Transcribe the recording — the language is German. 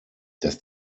dass